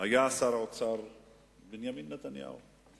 שר האוצר היה בנימין נתניהו.